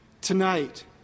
tonight